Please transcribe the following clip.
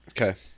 Okay